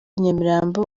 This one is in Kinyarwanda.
nyamirambo